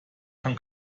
kann